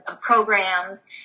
programs